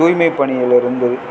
தூய்மை பணியில் இருந்து